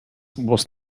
was